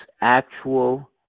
actual